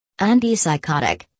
Antipsychotic